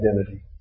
identity